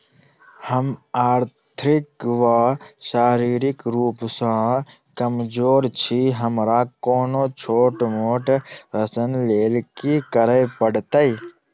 हम आर्थिक व शारीरिक रूप सँ कमजोर छी हमरा कोनों छोट मोट ऋण लैल की करै पड़तै?